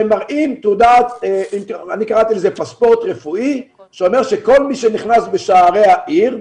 הם מראים מה שאני קראתי לו פספורט רפואי שאומר שכל מי שנכנס בשערי העיר,